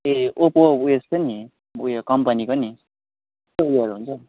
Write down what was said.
ए Oppo उएस छ नि उयो कम्पनीको नि